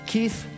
Keith